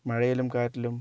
മഴയിലും കാറ്റിലും